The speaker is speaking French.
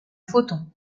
photons